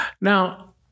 Now